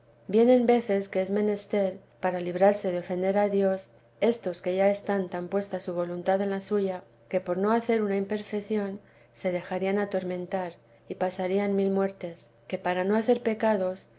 vienen veces que es menester para librarse de ofender a dios éstos que ya están tan puesta su voluntad en la suya que por no hacer una im perfección se dejarían atormentar y pasarían mil muertes que para no hacer pecados